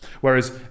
whereas